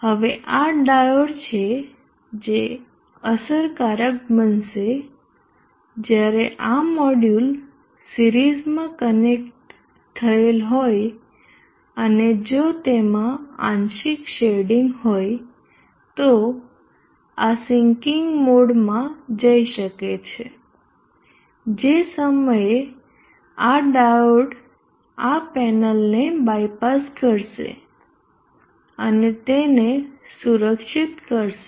હવે આ ડાયોડ છે જે અસરકારક બનશે જ્યારે આ મોડ્યુલ સિરિઝ માં કનેક્ટ થયેલ હોય અને જો તેમાં આંશિક શેડિંગ હોય તો આ સીન્કીંગ મોડમાં જઈ શકે છે જે સમયે આ ડાયોડ આ પેનલને બાયપાસ કરશે અને તેને સુરક્ષિત કરશે